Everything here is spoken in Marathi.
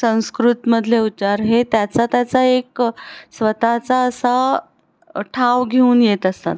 संस्कृतमधले उच्चार हे त्याचा त्याचा एक स्वतःचा असा ठाव घेऊन येत असतात